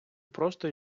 просто